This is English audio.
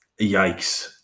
Yikes